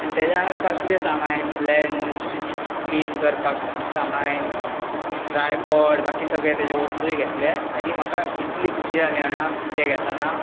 आनी तेच्या वांगडा बाकीचें सामान लेन्स क्लीन करपाक सामान ट्रायपॉड बाकी सगळें ताच्यो वस्तूय घेतले आनी म्हाका इतली खूशी जाली जाणां तें घेतना